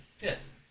Yes